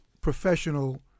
professional